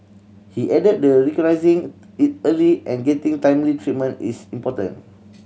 he added the recognising it early and getting timely treatment is important